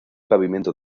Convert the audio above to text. pavimento